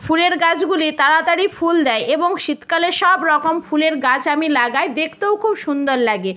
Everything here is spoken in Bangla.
ফুলের গাছগুলি তাড়াতাড়ি ফুল দেয় এবং শীতকালে সব রকম ফুলের গাছ আমি লাগাই দেখতেও খুব সুন্দর লাগে